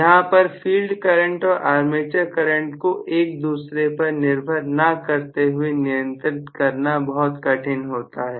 यहां पर field current और आर्मेचर करंट को एक दूसरे पर निर्भर ना करते हुए नियंत्रित करना बहुत कठिन होता है